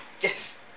Yes